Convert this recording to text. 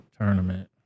tournament